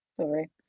sorry